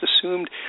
assumed